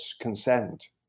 consent